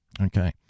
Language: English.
Okay